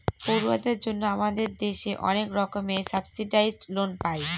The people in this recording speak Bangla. পড়ুয়াদের জন্য আমাদের দেশে অনেক রকমের সাবসিডাইসড লোন পায়